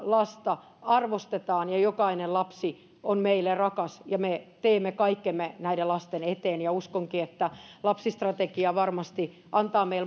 lasta arvostetaan ja jokainen lapsi on meille rakas ja me teemme kaikkemme näiden lasten eteen uskonkin että lapsistrategia varmasti antaa